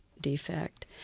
defect